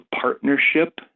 partnership